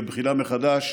לבחינה מחדש.